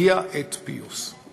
הגיעה עת פיוס.